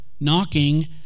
knocking